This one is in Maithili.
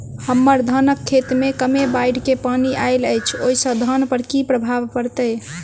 हम्मर धानक खेत मे कमे बाढ़ केँ पानि आइल अछि, ओय सँ धान पर की प्रभाव पड़तै?